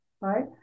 right